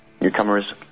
Newcomers